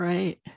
Right